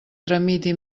tramiti